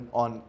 on